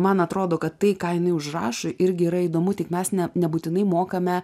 man atrodo kad tai ką jinai užrašo irgi yra įdomu tik mes ne nebūtinai mokame